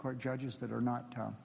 court judges that are not